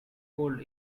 cold